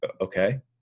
okay